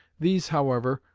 these, however,